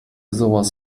sowas